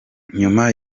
nyuma